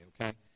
okay